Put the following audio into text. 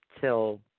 till